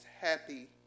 happy